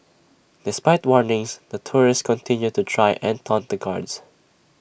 despite warnings the tourists continued to try and taunt the guards